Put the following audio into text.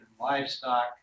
livestock